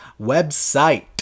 website